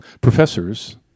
professors